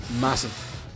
Massive